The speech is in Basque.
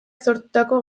sortutako